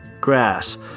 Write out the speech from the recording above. grass